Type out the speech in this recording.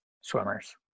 swimmers